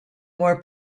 more